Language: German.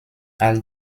all